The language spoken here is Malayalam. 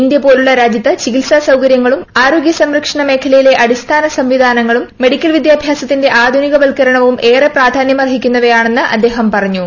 ഇന്ത്യ പോലുള്ള രാജ്യത്ത് ചികിത്സാ സൌകര്യങ്ങളും ആരോഗ്യ സംരക്ഷണ മേഖലയിലെ അടിസ്ഥാന സംവിധാനങ്ങളും മെഡിക്കൽ വിദ്യാഭ്യാസത്തിന്റെ ആധുനികവൽക്കരണവും ഏറെ പ്രാധാന്യമർഹിക്കുന്നവയാണെന്ന് അദ്ദേഹം പറഞ്ഞു